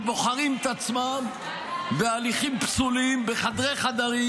שבוחרים את עצמם בהליכים פסולים בחדרי-חדרים,